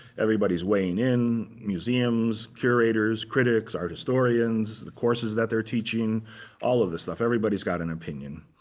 everybody's weighing in museums, curators, critics, art historians, the courses that they're teaching all of this stuff. everybody's got an opinion.